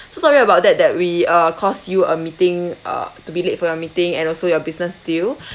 so sorry about that that we uh cause you uh meeting uh to be late for your meeting and also your business deal